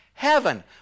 heaven